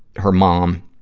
her mom,